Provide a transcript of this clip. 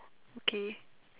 okay